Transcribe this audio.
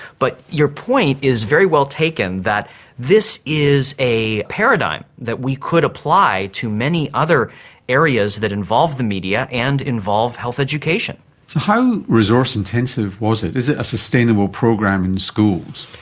but your point is very well taken, that this is a paradigm that we could apply to many other areas that involve the media and involve health education. so how resource intensive was it? is it a sustainable program in schools?